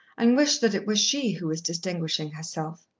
and wished that it were she who was distinguishing herself.